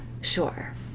Sure